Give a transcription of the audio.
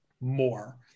more